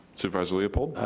supervisor leopold.